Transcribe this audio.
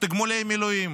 תגמולי מילואים